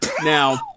Now